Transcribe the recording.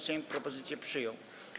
Sejm propozycję przyjął.